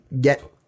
get